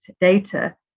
data